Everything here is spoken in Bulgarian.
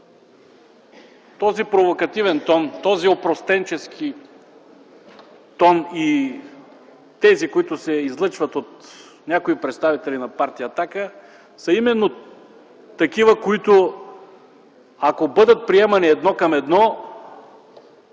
Този провокативен тон, този опростенчески тон и тези, които се излъчват от някои представители на Партия „Атака”, са именно такива, които, ако бъдат приемани едно към едно,